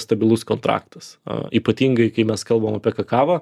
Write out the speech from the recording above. stabilus kontraktas ypatingai kai mes kalbam apie kakavą